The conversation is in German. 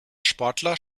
sportler